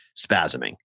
spasming